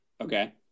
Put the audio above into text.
Okay